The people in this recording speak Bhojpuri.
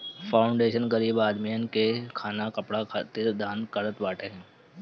फाउंडेशन गरीब आदमीन के खाना कपड़ा खातिर दान करत बाटे